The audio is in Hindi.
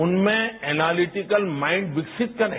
उनमें एलालिटीकल माइंड विकासित करें